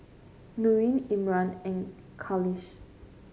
Nurin Imran and Khalish